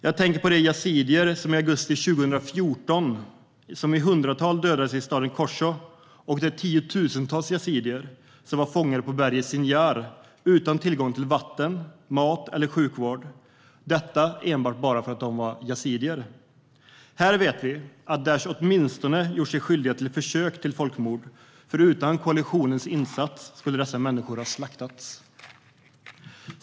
Jag tänker på de yazidier som i augusti 2014 i hundratals dödades i staden Kocho och de tiotusentals yazidier som var fångade på berget Sinjar utan tillgång till vatten, mat eller sjukvård - detta enbart för att de var yazidier. Här vet vi att Daish åtminstone har gjort sig skyldiga till försök till folkmord, för utan koalitionens insats skulle dessa människor ha slaktats.